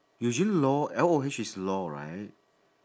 eugene loh L O H is loh right